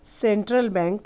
central bank